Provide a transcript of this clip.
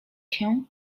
się